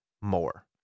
more